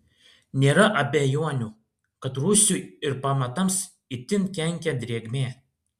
nėra abejonių kad rūsiui ir pamatams itin kenkia drėgmė